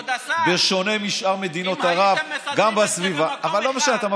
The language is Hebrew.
בוא תקשיב.